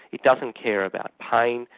it doesn't care about pain,